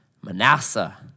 Manasseh